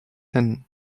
hin